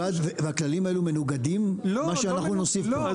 והכללים האלה מנוגדים, מה שאנחנו נוסיף פה?